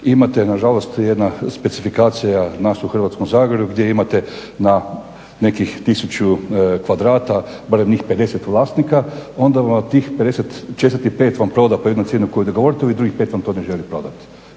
imate na žalost jedna specifikacija nas u Hrvatskom zagorju gdje imate na nekih 1000 kvadrata barem njih 50 vlasnika, onda vam tih 45 proda po jednoj cijeni koju dogovorite, ovih drugih pet vam to ne želi prodati.